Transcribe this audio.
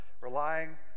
relying